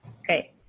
Okay